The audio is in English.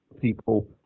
people